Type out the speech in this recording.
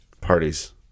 Parties